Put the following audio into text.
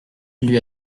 lui